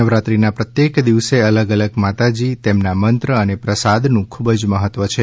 નવરાત્રીના પ્રત્યેક દિવસે અલગ અલગ માતાજી તેમ ના મંત્ર અને પ્રસાદનું ખુબ જ મહત્વ છે